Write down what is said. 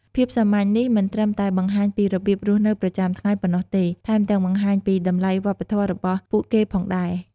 ភាពសាមញ្ញនេះមិនត្រឹមតែបង្ហាញពីរបៀបរស់នៅប្រចាំថ្ងៃប៉ុណ្ណោះទេ ថែមទាំងបង្ហាញពីតម្លៃវប្បធម៌របស់ពួកគេផងដែរ។